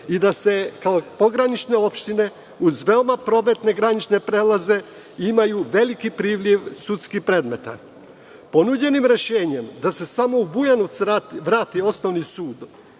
i da se kao pogranične opštine, uz veoma prometne granične prelaze imaju veliki priliv sudskih predmeta. Ponuđenim rešenjem da se samo u Bujanovac vrati osnovni sud,